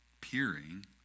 peering